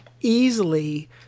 easily